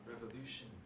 revolution